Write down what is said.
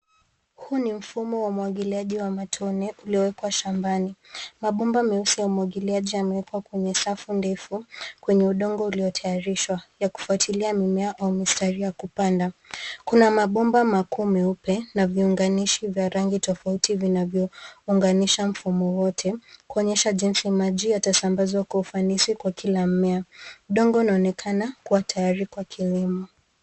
Huu ni mfumo wa umwagiliaji wa matone uliowekwa shambani. Mabomba meusi ya umwagiliaji yamewekwa kwenye safu ndefu kwenye udongo uliotayarishwa yakifuatilia mimea au mistari ya kupanda. Kuna mabomba makuu meupe na vinuganishi vya rangi tofauti vinavyounganisha mfumo wote kuonyesha jinsi maji yatasambazwa kwa ufanisi kwa kila mmea. Udongo unaonekana kuwa tayari kwa kilimo.